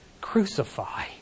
crucify